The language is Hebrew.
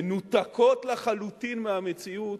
מנותקות לחלוטין מהמציאות,